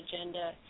agenda